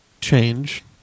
change